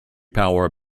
power